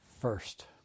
first